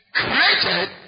created